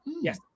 Yes